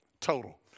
total